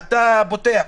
אתה פותח.